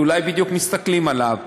כי אולי בדיוק מסתכלים עליו.